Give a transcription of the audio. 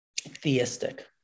theistic